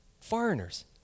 Foreigners